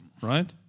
Right